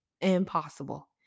Impossible